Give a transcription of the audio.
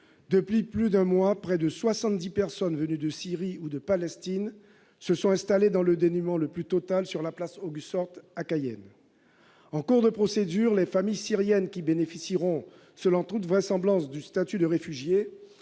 depuis plus d'un mois, près de soixante-dix personnes venues de Syrie ou de Palestine se sont installées, dans le dénuement le plus total, sur la place Auguste-Horth à Cayenne. En cours de procédure, les familles syriennes qui bénéficieront, selon toute vraisemblance, du statut de réfugié,